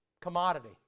commodity